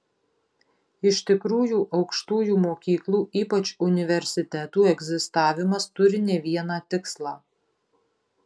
iš tikrųjų aukštųjų mokyklų ypač universitetų egzistavimas turi ne vieną tikslą